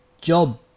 job